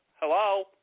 hello